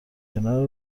کنار